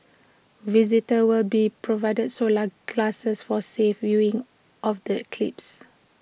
visitors will be provided solar glasses for safe viewing of the eclipse